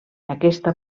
aquesta